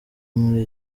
muri